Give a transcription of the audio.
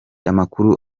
amakuru